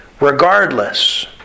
regardless